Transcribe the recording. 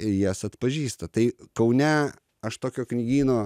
ir jas atpažįsta tai kaune aš tokio knygyno